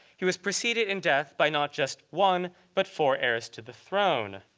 he was preceded in death by not just one, but four heirs to the throne.